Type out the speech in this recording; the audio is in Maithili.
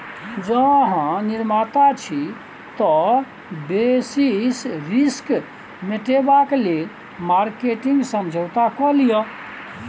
जौं अहाँ निर्माता छी तए बेसिस रिस्क मेटेबाक लेल मार्केटिंग समझौता कए लियौ